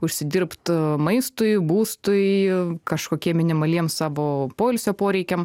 užsidirbt maistui būstui kažkokiem minimaliem savo poilsio poreikiam